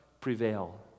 prevail